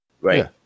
Right